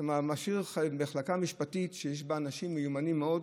אתה משאיר מחלקה משפטית שיש בה אנשים מיומנים מאוד,